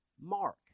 Mark